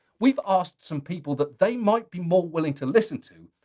we've asked some people that they might be more willing to listen to,